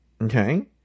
Okay